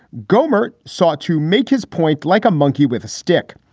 gohmert sought to make his point like a monkey with a stick.